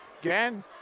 Again